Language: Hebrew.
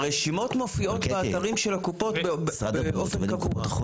בכל מקרה הרשימות מופיעות באתרים של הקופות באופן קבוע.